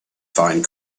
find